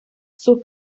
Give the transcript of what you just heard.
sus